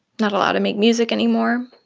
not allowed to make music anymore.